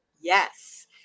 Yes